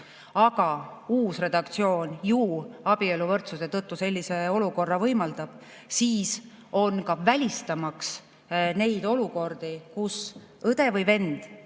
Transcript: aga uus redaktsioon abieluvõrdsuse tõttu sellist olukorda võimaldab, siis välistamaks neid olukordi, kus õde või vend